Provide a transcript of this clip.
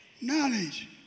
Knowledge